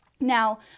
now